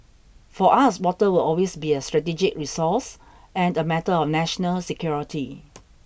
for us water will always be a strategic resource and a matter of national security